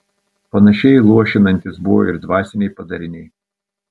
panašiai luošinantys buvo ir dvasiniai padariniai